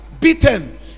beaten